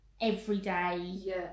everyday